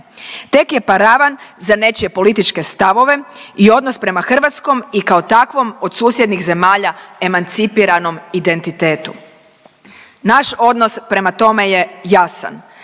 tek je paravan za nečije političke stavove i odnos prema hrvatskom i kao takvom od susjednih zemalja emancipiranom identitetu. Naš odnos prema tome je jasan,